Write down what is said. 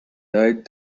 died